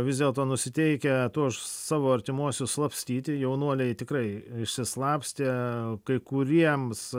vis dėlto nusiteikę tuos savo artimuosius slapstyti jaunuoliai tikrai išsislapstė kai kuriems